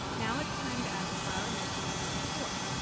now it's time to add the flour mixture from before.